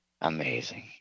amazing